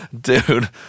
Dude